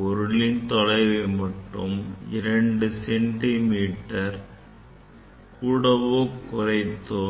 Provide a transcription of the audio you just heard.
பொருளின் தொலைவை மட்டும் 2 சென்டிமீட்டர் கூடவோ குறைத்தோ